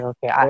Okay